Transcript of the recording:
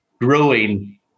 growing